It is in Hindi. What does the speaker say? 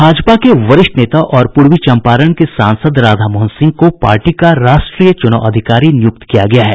भाजपा के वरिष्ठ नेता और पूर्वी चंपारण के सांसद राधामोहन सिंह को पार्टी का राष्ट्रीय चुनाव अधिकारी नियुक्त किया गया है